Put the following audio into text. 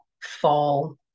fall